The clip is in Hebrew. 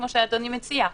כפי שאדוני מציע.